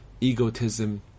egotism